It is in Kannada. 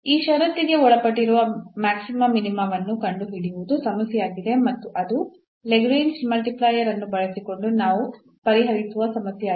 ಈ ಷರತ್ತಿಗೆ ಒಳಪಟ್ಟಿರುವ ಮ್ಯಾಕ್ಸಿಮಾ ಮಿನಿಮಾವನ್ನು ಕಂಡುಹಿಡಿಯುವುದು ಸಮಸ್ಯೆಯಾಗಿದೆ ಮತ್ತು ಅದು ಲ್ಯಾಗ್ರೇಂಜ್ನ ಮಲ್ಟಿಪ್ಲೈಯರ್ Lagrange's multiplier ಅನ್ನು ಬಳಸಿಕೊಂಡು ನಾವು ಪರಿಹರಿಸುವ ಸಮಸ್ಯೆಯಾಗಿದೆ